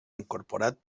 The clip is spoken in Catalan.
incorporat